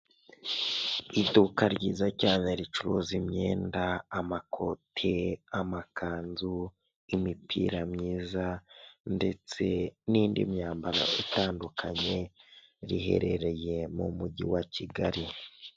Iduka ryiza cyane ricuruza imyenda, amakoti, amakanzu, imipira myiza ndetse n'indi myambaro itandukanye, riherereye mu mujyi wa Kigali.